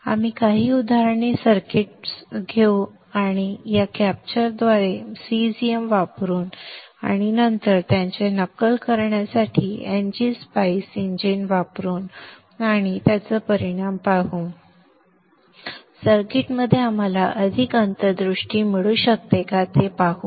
आपण काही उदाहरणे सर्किट्स घेऊ या कॅप्चरद्वारे सीझियम वापरून आणि नंतर त्याचे नक्कल करण्यासाठी ngSpice इंजिन वापरा आणि परिणाम पाहू आणि सर्किट्समध्ये आम्हाला अधिक अंतर्दृष्टी मिळू शकते का ते पाहू